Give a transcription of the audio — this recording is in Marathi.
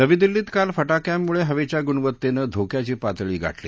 नवी दिल्लीत काल फटाक्यांमुळे हवेच्या गुणवत्तेनं धोक्याची पातळी गाठली